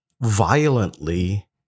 violently